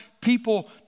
people